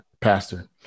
Pastor